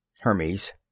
Hermes